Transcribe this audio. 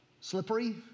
slippery